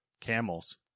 camels